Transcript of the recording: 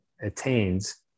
attains